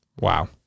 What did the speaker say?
Wow